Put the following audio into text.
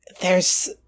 there's-